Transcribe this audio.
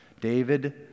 David